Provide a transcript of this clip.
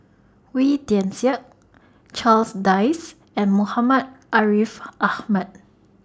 Wee Tian Siak Charles Dyce and Muhammad Ariff Ahmad